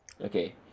Okay